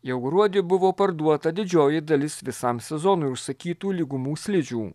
jau gruodį buvo parduota didžioji dalis visam sezonui užsakytų lygumų slidžių